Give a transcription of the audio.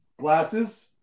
glasses